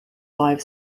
live